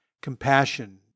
compassion